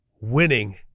Winning